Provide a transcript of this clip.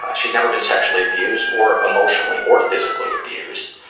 ah she's never been sexually abused or emotionally or physically abused.